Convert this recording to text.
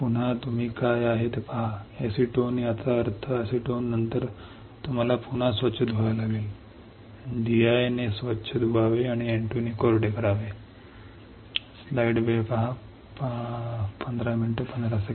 पुन्हा तुम्ही एसीटोन काय आहे ते पहा याचा अर्थ एसीटोन नंतर तुम्हाला पुन्हा स्वच्छ धुवावे लागेल तुम्हाला स्वच्छ धुवावे लागेल D I ने स्वच्छ धुवावे आणि N 2 कोरडे करावे